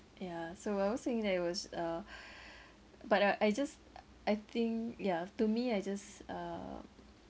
ya so I was saying that it was uh but uh I just I think ya to me I just uh